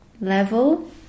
level